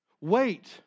Wait